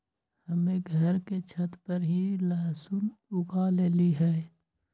हम्मे घर के छत पर ही लहसुन उगा लेली हैं